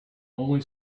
only